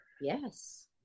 Yes